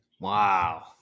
Wow